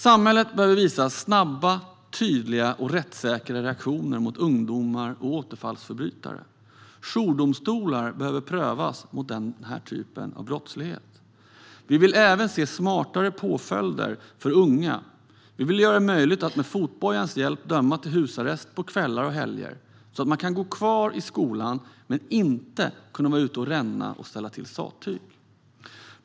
Samhället behöver visa snabba, tydliga och rättssäkra reaktioner mot ungdomar och återfallsförbrytare. Jourdomstolar behöver prövas mot den här typen av brottslighet. Vi vill även se smartare påföljder för unga. Vi vill göra det möjligt att med fotbojans hjälp döma till husarrest på kvällar och helger så att man ska kunna gå kvar i skolan men inte kunna vara ute och ränna och ställa till sattyg.